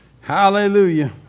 Hallelujah